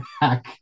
back